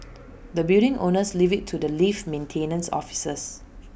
the building owners leave IT to the lift maintenance officers